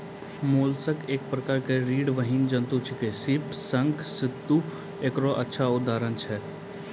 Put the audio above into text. mollusc एक प्रकार के रीड़विहीन जंतु छेकै, सीप, शंख, सित्तु एकरो अच्छा उदाहरण छै